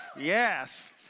Yes